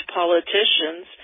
politicians